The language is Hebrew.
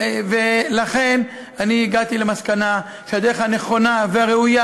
לכן אני הגעתי למסקנה שהדרך נכונה והראויה